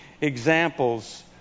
examples